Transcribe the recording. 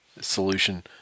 solution